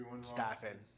staffing